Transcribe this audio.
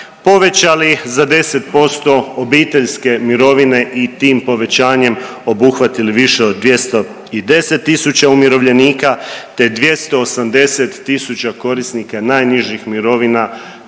povećali za 10% obiteljske mirovine i tim povećanjem obuhvatili više od 210 tisuća umirovljenika te 280 tisuća korisnika najnižih mirovina